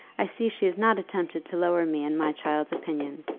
i see she has not attempted to lower me in my child's opinion.